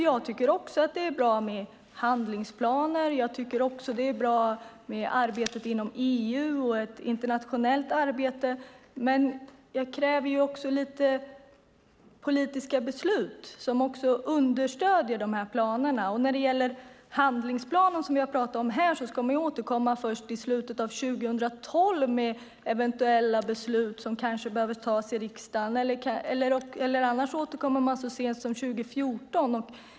Jag tycker att det är bra med handlingsplaner, med arbetet inom EU och ett internationellt arbete, men jag kräver också politiska beslut som understöder dessa planer. När det gäller den handlingsplan som jag här talar om ska man återkomma först i slutet av 2012 för eventuella beslut som ska tas i riksdagen. I annat fall återkommer man så sent som 2014.